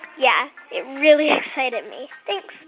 yeah, it really excited me. thanks.